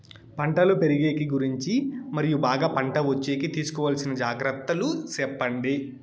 పంటలు పెరిగేకి గురించి మరియు బాగా పంట వచ్చేకి తీసుకోవాల్సిన జాగ్రత్త లు సెప్పండి?